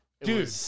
Dude